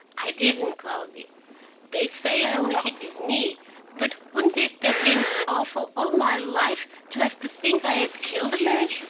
i didn't, cloudy they say i only hit his knee but wouldn't it have been awful all my life to have to think i had killed a man?